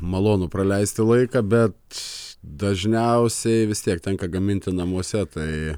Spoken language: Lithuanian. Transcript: malonu praleisti laiką bet dažniausiai vis tiek tenka gaminti namuose tai